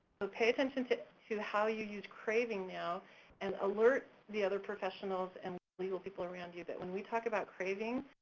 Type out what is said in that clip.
so pay attention to to how you use craving now and alert the other professionals and the legal people around you that when we talk about craving,